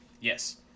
Yes